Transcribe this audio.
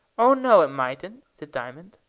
oh, no, it mightn't! said diamond.